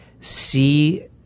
see